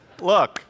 Look